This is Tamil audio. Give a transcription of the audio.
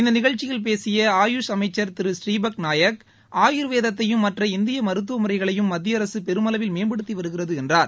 இந்த நிகழ்ச்சியில் பேசிய ஆயுஷ் அமைச்ச் திரு ப்ரீபத் நாயக் ஆயுர்வேதத்தையும் மற்ற இந்திய மருத்துவ முறைகளையும் மத்திய அரசு பெருமளவில் மேம்படுத்தி வருகிறது என்றார்